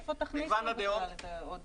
איפה תכניס, בכלל, את העוד